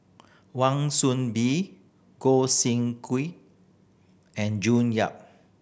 Wan Soon Bee Gog Sing and June Yap